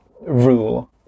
rule